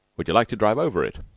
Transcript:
would you like to drive over it?